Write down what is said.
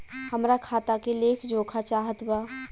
हमरा खाता के लेख जोखा चाहत बा?